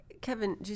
Kevin